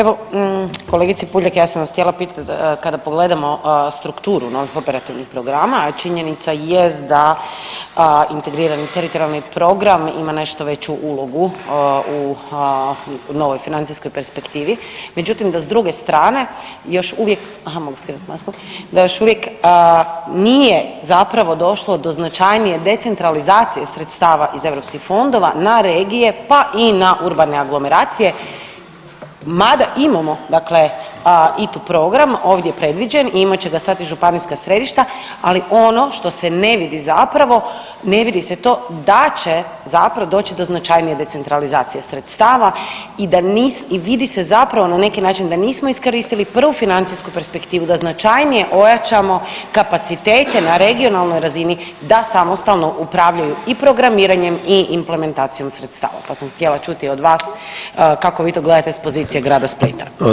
Evo, kolegice Puljak ja sam vas htjela pitat kada pogledamo strukturu novih komparativnih programa, a činjenica jest da integrirani teritorijalni program ima nešto veću ulogu u novoj financijskoj perspektivi, međutim dok s druge strane još uvijek, aha, mogu skinut masku, da još uvijek nije zapravo došlo do značajnije decentralizacije sredstava iz europskih fondova na regije, pa i na urbane aglomeracije, mada imamo dakle i tu program ovdje predviđen, i imat će ga sad i županijska središta, ali ono što se ne vidi zapravo, ne vidi se to da će zapravo doći do značajnije decentralizacije sredstava i vidi se zapravo na neki način da nismo iskoristili prvu financijsku perspektivu, da značajnije ojačamo kapacitete na regionalnoj razini, da samostalno upravljaju i programiranjem i implementacijom sredstava, pa sam htjela čuti od vas kako vi to gledate s pozicije grada Splita.